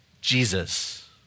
Jesus